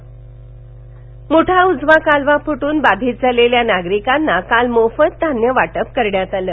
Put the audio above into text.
मुठा कालवा मुठा उजवा कालवा फुटून बाधित झालेल्या नागरिकांना काल मोफत धान्यं वाटप करण्यात आलं